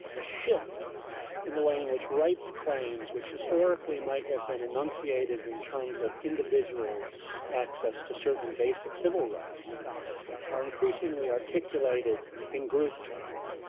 a shift in the way in which rights claims, which historically might have been enunciated in terms of individual's access to certain basic civil rights are increasingly articulated in group terms,